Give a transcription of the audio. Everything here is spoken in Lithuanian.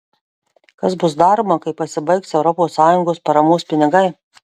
kas bus daroma kai pasibaigs europos sąjungos paramos pinigai